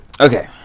Okay